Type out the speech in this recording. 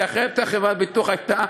כי אחרת חברת הביטוח הייתה,